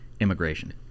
immigration